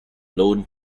loaned